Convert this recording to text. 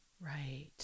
right